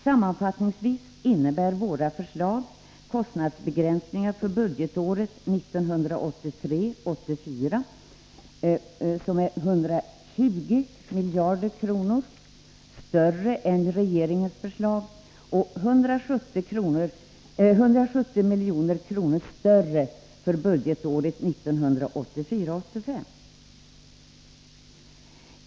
Sammanfattningsvis innebär våra förslag kostnadsbegränsningar för budgetåret 1983 85.